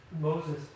Moses